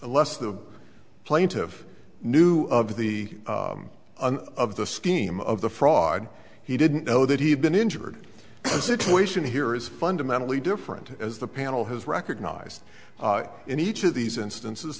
the less the plaintive knew of the of the scheme of the fraud he didn't know that he had been injured the situation here is fundamentally different as the panel has recognized in each of these instances